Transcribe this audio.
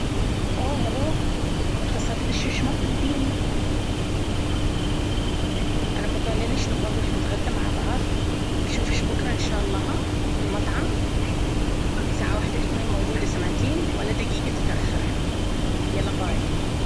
أوووه هلو إتصلت لش ليش ما تردين؟ أنا مو قايلة لش نبغى نروح نتغدى مع بعض؟ بجوفش بكرة انشاءالله ها في المطعم، الساعة وحدة تكونين موجودة سمعتين! ولا دقيقة تتأخرين. واذا تأخرتين بعد لا تحلمين أطلع وياش في مكان مرة ثانية لأني ما أحب التأخير وورايي أشغال لازم أخلصها بعد الغذاء ولازم أرجع من وقت.